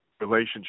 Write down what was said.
relationship